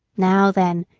now, then,